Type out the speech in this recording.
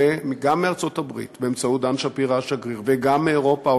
גם מארצות-הברית באמצעות דן שפירו השגריר וגם מאירופה,